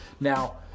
Now